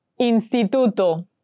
Instituto